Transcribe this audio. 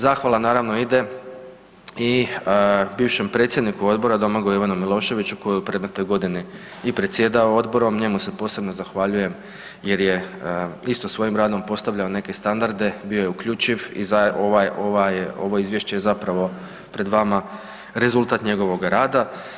Zahvala naravno ide i bivšem predsjedniku Odbora Domagoju Ivanu Miloševiću koji je u predmetnoj godini p predsjedao odborom, njemu se posebno zahvaljujem jer je isto svojim radom postavljao neke standarde, bio je uključiv i ovo izvješće je zapravo pred vama rezultat njegovoga rada.